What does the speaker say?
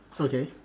okay